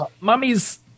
mummies